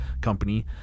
company